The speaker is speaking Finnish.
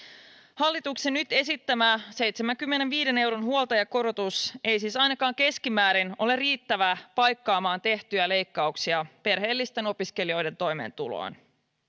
hallituksen nyt esittämä seitsemänkymmenenviiden euron huoltajakorotus ei siis ainakaan keskimäärin ole riittävä paikkaamaan tehtyjä leikkauksia perheellisten opiskelijoiden toimeentuloon